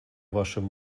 вашим